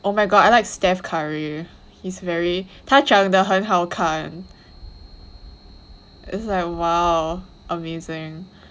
oh my god I like steph curry he's very 他长的很好看 it's like !wow! amazing